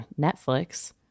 Netflix